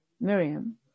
Miriam